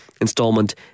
installment